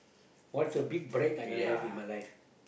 what's the big break I gonna have in my life